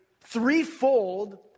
threefold